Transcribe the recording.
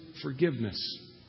forgiveness